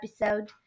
episode